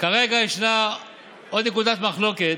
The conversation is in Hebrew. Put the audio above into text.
כרגע יש עוד נקודת מחלוקת,